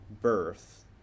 birth